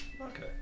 okay